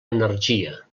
energia